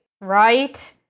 Right